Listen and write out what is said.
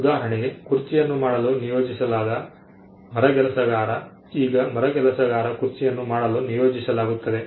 ಉದಾಹರಣೆಗೆ ಕುರ್ಚಿಯನ್ನು ಮಾಡಲು ನಿಯೋಜಿಸಲಾದ ಮರಗೆಲಸಗಾರ ಈಗ ಮರಗೆಲಸಗಾರ ಕುರ್ಚಿಯನ್ನು ಮಾಡಲು ನಿಯೋಜಿಸಲಾಗುತ್ತದೆ